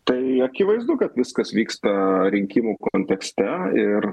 tai akivaizdu kad viskas vyksta rinkimų kontekste ir